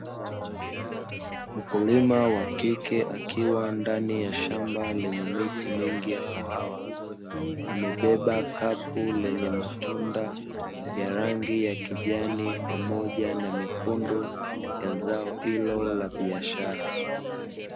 Mkulima wakike akiwa ndani ya shamba lenye miti mingi ya kahawa, amebeba kapu lenye matunda ya rangi ya kijani pamoja na mekundu ya zao hilo la biashara.